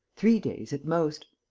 three days at most.